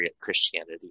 Christianity